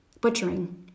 butchering